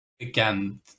again